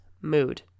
Mood